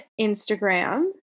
Instagram